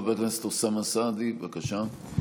חבר הכנסת אוסאמה סעדי, בבקשה.